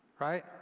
Right